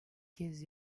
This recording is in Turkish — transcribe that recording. kez